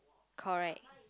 correct